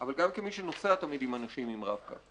אבל גם כמי שנוסע תמיד עם אנשים עם רב קו.